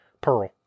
Pearl